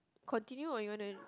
continue or you wanna